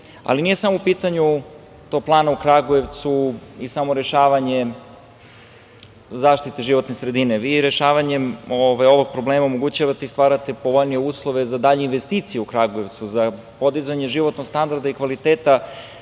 sredina. Nije samo u pitanju toplana u Kragujevcu i samo rešavanje zaštite životne sredine. Vi rešavanjem ovog problema omogućavate i stvarate povoljnije uslove za dalje investicije u Kragujevcu za podizanje životnog standarda i kvaliteta